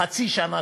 חצי שנה,